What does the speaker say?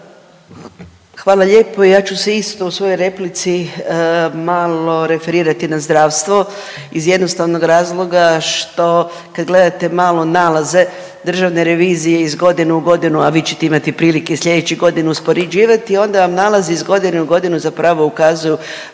Hvala lijepo. I ja ću se isto u svojoj replici malo referirati na zdravstvo iz jednostavnog razloga što kad gledate malo nalaze državne revizije iz godine u godinu, a vi ćete imati prilike i slijedeće godine uspoređivati, onda vam nalazi iz godine u godinu zapravo ukazuju,